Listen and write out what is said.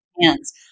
hands